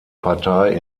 partei